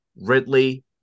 Ridley